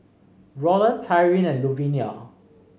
Rolland Tyrin and Luvinia